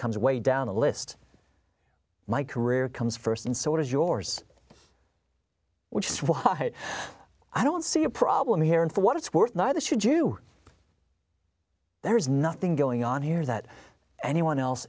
comes way down the list my career comes first and so does yours which is why i don't see a problem here and for what it's worth neither should you there is nothing going on here that anyone else